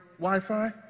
Wi-Fi